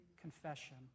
confession